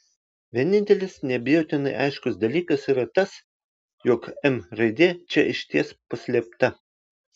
vienintelis neabejotinai aiškus dalykas yra tas jog m raidė čia išties paslėpta